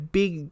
big